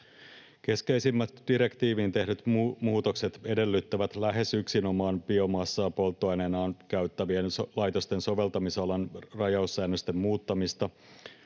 Keskeisimmät direktiiviin tehdyt muutokset edellyttävät lähes yksinomaan biomassaa polttoaineenaan käyttävien laitosten soveltamisalan rajaussäännösten muuttamista,